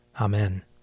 Amen